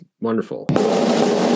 wonderful